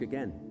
Again